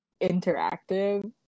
interactive